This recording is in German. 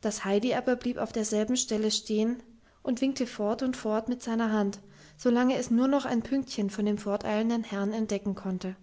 das heidi aber blieb auf derselben stelle stehen und winkte fort und fort mit seiner hand solange es nur noch ein pünktchen von dem forteilenden herrn entdecken konnte